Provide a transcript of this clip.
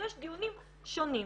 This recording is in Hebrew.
יש דיונים שונים.